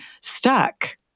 stuck